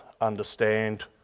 understand